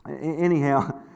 anyhow